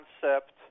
concept